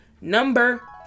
number